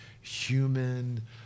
human